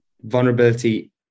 vulnerability